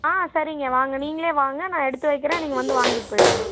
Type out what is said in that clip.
ஆ சரிங்க வாங்க நீங்களே வாங்க நான் எடுத்து வைக்கறேன் நீங்கள் வந்து வாங்கிகிட்டு போயிடுங்க